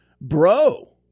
bro